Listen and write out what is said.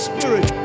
Spirit